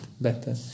better